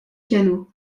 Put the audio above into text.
pianos